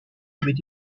within